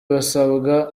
basabwa